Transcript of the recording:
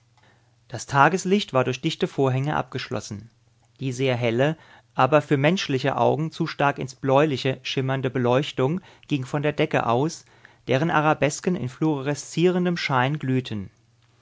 das tageslicht war durch dichte vorhänge abgeschlossen die sehr helle aber für menschliche augen zu stark ins bläuliche schimmernde beleuchtung ging von der decke aus deren arabesken in fluoreszierendem schein glühten